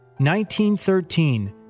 1913